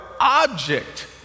object